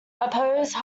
opposed